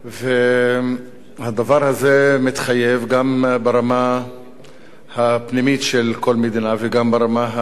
הדבר הזה מתחייב גם ברמה הפנימית של כל מדינה וגם ברמה הבין-לאומית.